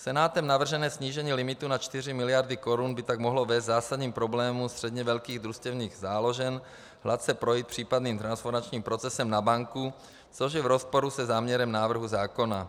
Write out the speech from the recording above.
Senátem navržené snížení limitu na 4 miliardy korun by tak mohlo vést k zásadním problémům středně velkých družstevních záložen hladce projít případným transformačním procesem na banku, což je v rozporu se záměrem návrhu zákona.